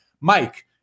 Mike